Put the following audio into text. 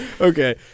Okay